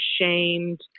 ashamed